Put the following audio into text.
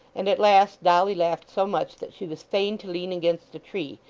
and at last dolly laughed so much that she was fain to lean against a tree,